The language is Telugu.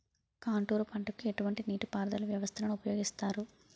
కాంటూరు పంటకు ఎటువంటి నీటిపారుదల వ్యవస్థను ఉపయోగిస్తారు?